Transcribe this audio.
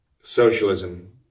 socialism